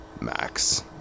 max